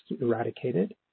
eradicated